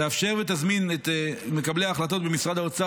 תאפשר ותזמין את מקבלי ההחלטות במשרד האוצר